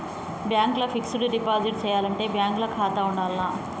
Bank ల fixed deposit చేయాలంటే bank ల ఖాతా ఉండాల్నా?